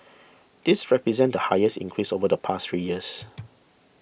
this represents the highest increase over the past three years